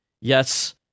yes